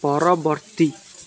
ପରବର୍ତ୍ତୀ